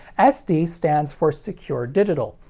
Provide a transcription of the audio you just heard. sd stands for secure digital,